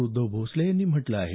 उद्धव भोसले यांनी म्हटलं आहे